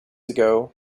ago